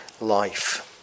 life